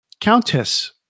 Countess